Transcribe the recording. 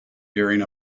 during